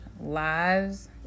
lives